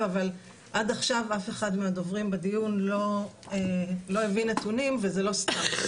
אבל עד עכשיו אף אחד מהדוברים בדיון לא הביא נתונים וזה לא סתם.